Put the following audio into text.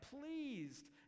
pleased